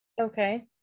Okay